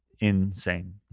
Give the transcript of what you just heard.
insane